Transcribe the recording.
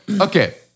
Okay